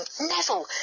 Neville